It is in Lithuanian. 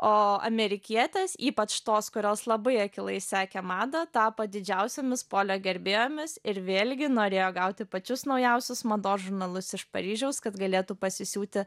o amerikietės ypač tos kurios labai akylai sekė madą tapo didžiausiomis polio gerbėjomis ir vėlgi norėjo gauti pačius naujausius mados žurnalus iš paryžiaus kad galėtų pasisiūti